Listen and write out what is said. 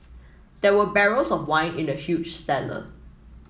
there were barrels of wine in the huge cellar